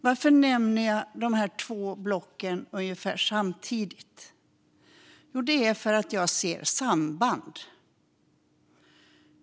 Varför nämner jag dessa två block ungefär samtidigt? Det är för att jag ser samband.